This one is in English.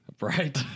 right